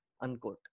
unquote